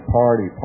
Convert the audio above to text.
party